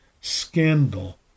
scandal